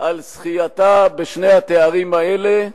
על זכייתה בשני התארים האלה.